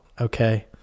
okay